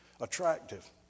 attractive